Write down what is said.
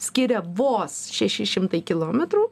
skiria vos šeši šimtai kilometrų